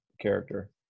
character